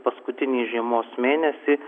paskutinį žiemos mėnesį